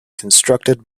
constructed